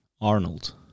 Arnold